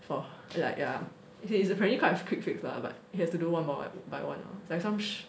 for like yeah it is apparently quite a quick fix lah but he has to do one by one like some